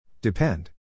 Depend